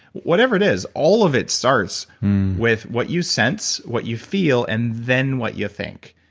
whatever it is, all of it starts with what you sense, what you feel and then what you think.